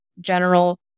general